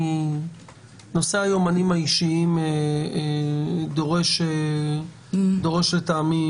נושא היומנים האישיים דורש לטעמי